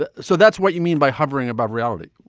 but so that's what you mean by hovering above reality,